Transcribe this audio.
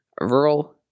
rural